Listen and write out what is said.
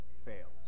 fails